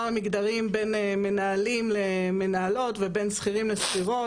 המגדריים בין מנהלים למנהלות ובין שכירים לשכירות,